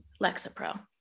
Lexapro